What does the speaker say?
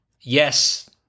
yes